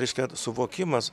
reiškia suvokimas